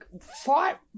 Fought